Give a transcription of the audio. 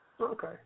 Okay